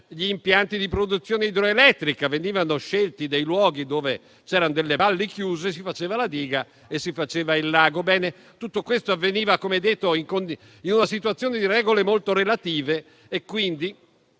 gli impianti di produzione idroelettrica: venivano scelti dei luoghi dove c'erano delle valli chiuse, si faceva la diga e si faceva il lago. Ebbene, tutto questo avveniva, come detto, in una situazione di regole molto relative, quindi